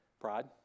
Pride